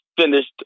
finished